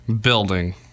Building